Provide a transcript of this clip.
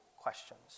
questions